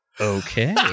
Okay